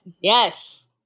Yes